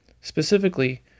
Specifically